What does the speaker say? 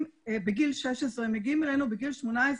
בגיל 16. הם מגיעים אלינו בגיל 18,